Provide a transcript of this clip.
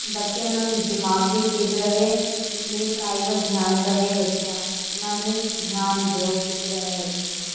ਬੱਚਿਆਂ ਨੂੰ ਦਿਮਾਗ ਵੀ ਤੇਜ਼ ਰਹੇ ਇਸ ਲਈ ਪੜ੍ਹਾਈ ਵੱਲ ਧਿਆਨ ਦੇਵੇ ਬੱਚਾ ਉਹਨਾਂ ਨੂੰ ਧਿਆਨ ਦਿਉ ਫਿੱਟ ਰਹੇ